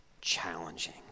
challenging